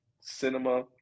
cinema